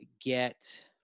get –